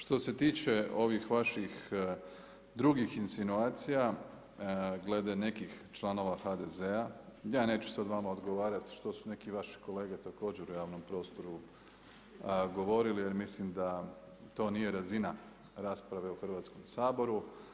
Što se tiče ovih vaših drugih insinuacija glede nekih članova HDZ-a ja neću sad vama odgovarati što su neki vaši kolege također u javnom prostoru govorili, jer mislim da to nije razina rasprave u Hrvatskom saboru.